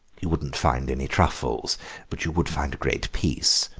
you wouldn't find any truffles but you would find a great peace,